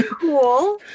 cool